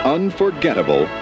unforgettable